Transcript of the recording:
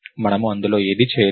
మనము అందులో ఏదీ చేయలేదు